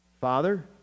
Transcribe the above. father